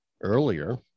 earlier